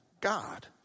God